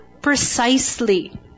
precisely